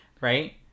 Right